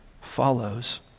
follows